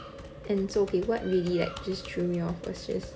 and so okay what really just threw me off was like was just